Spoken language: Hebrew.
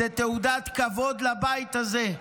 זו תעודת כבוד לבית הזה.